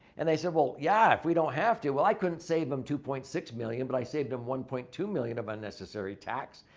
and they said, well, yeah. if we don't have to. well, i couldn't save them two point six million but i saved them one point two million of unnecessary tax.